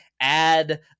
add